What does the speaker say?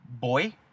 boy